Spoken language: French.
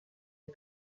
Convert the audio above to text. des